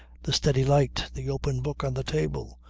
the steady light, the open book on the table,